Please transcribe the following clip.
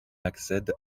accède